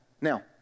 Now